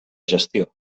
gestió